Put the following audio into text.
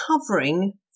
covering